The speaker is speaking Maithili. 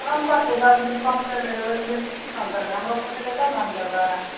कम कतेक दस बीस कम करि देबै ओहिसे बेसी कि कम करबै हमरो पोसेतै तब ने हम देबै